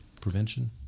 prevention